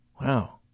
Wow